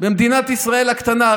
במדינת ישראל הקטנה.